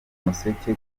umuseke